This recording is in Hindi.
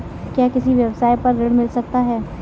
क्या किसी व्यवसाय पर ऋण मिल सकता है?